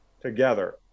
together